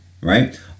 right